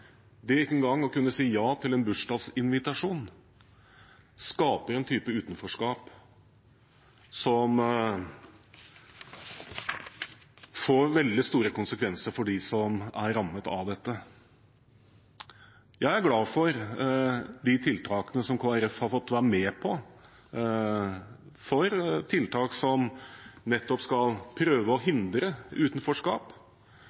det ikke engang å kunne si ja til en bursdagsinvitasjon skaper en type utenforskap som får veldig store konsekvenser for dem som er rammet av dette. Jeg er glad for de tiltakene som Kristelig Folkeparti har fått være med på, tiltak som nettopp skal prøve å